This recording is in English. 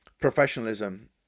professionalism